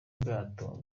bwato